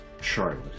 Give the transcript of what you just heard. Charlotte